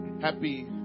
Happy